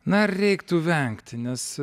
na reiktų vengti nes